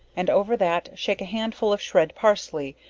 and over that shake a handful of shread parsley,